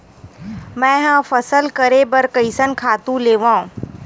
मैं ह फसल करे बर कइसन खातु लेवां?